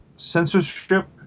censorship